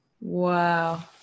Wow